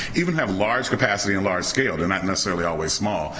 even have large capacity and large scale. they're not necessarily always small,